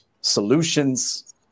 solutions